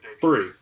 Three